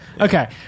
okay